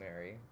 Mary